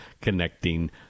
connecting